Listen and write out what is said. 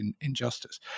injustice